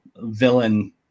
villain